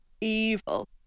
evil